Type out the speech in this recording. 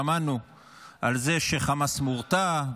שמענו על זה שחמאס מורתע,